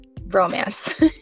romance